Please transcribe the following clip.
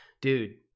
dude